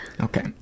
Okay